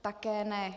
Také ne.